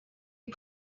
you